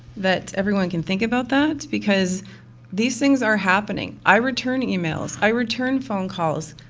that everyone can think about that, because these things are happening. i return emails, i return phone calls.